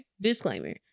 disclaimer